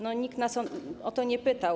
Nikt nas o to nie pytał.